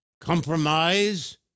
compromise